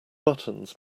buttons